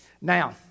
Now